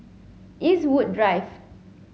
Eastwood Drive